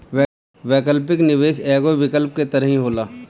वैकल्पिक निवेश एगो विकल्प के तरही होला